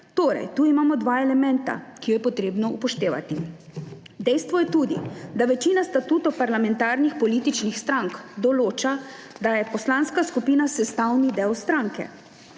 Tu imamo dva elementa, ki ju je treba upoštevati. Dejstvo je tudi, da večina statutov parlamentarnih političnih strank določa, da je poslanska skupina sestavni del stranke.